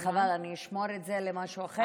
אז חבל, אני אשמור את זה למשהו אחר.